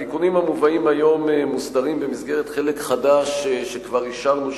התיקונים המובאים היום מוסדרים במסגרת חלק חדש שכבר אישרנו,